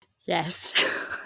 Yes